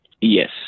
Yes